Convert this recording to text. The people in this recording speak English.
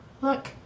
look